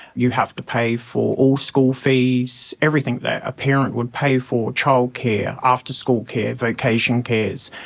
you have to pay for all school fees, everything that a parent would pay for, childcare, after-school care, vocation cares.